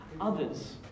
others